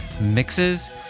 mixes